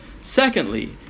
Secondly